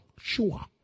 sure